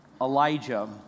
Elijah